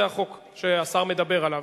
זה החוק שהשר מדבר עליו.